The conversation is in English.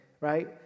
right